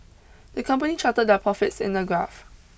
the company charted their profits in a graph